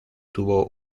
tuvo